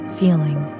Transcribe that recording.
feeling